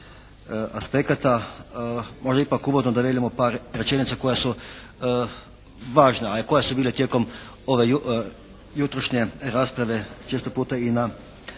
Hvala. Dame